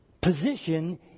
position